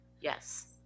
Yes